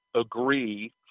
agree